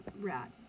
rat